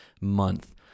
month